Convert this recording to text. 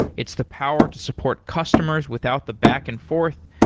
it's the power to support customers without the back and forth,